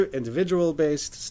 individual-based